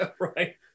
Right